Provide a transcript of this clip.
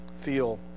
feel